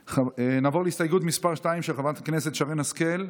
נעבור להסתייגות מס' 2, של חברת הכנסת שרן השכל.